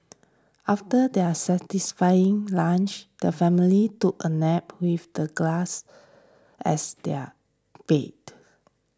after their satisfying lunch the family took a nap with the grass as their bed